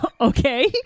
Okay